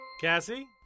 Cassie